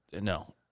no